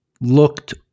looked